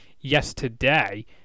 yesterday